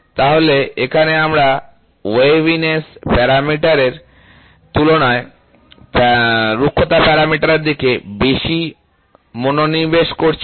তাহলে এখানে আমরা ওয়াভিনেস প্যারামিটারের তুলনায় রুক্ষতা প্যারামিটারের দিকে বেশি মনোনিবেশ করছি